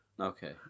Okay